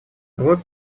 вот